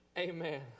Amen